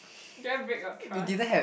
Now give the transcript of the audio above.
did I break your trust